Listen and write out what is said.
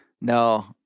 no